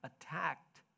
attacked